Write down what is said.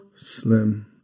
Slim